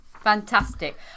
Fantastic